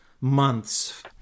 months